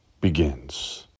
begins